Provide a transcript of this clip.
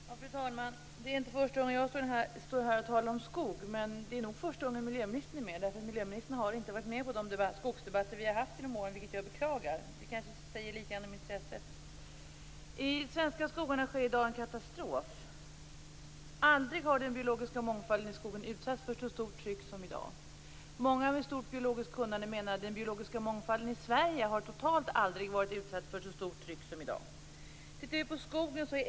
Fru talman! Det är inte första gången jag står här och talar om skog. Men det är nog första gången miljöministern är med. Miljöministern har inte varit med i de skogsdebatter vi har haft genom åren, vilket jag beklagar. Det säger kanske litet grand om intresset. Det sker en katastrof i de svenska skogarna i dag. Aldrig har den biologiska mångfalden i skogen utsatts för så stort tryck som i dag. Många med stort biologiskt kunnande menar att den biologiska mångfalden i Sverige aldrig, totalt sett, har varit utsatt för så stort tryck som i dag.